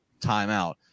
timeout